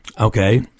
okay